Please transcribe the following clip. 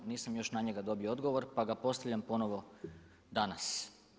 Nisam još na njega dobio odgovor, pa ga postavljam ponovo danas.